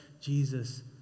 Jesus